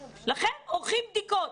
לכן, עורכים בדיקות.